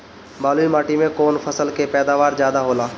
बालुई माटी में कौन फसल के पैदावार ज्यादा होला?